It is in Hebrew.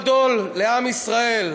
זה יום גדול לעם ישראל,